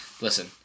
listen